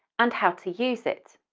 and how to use it.